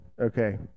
Okay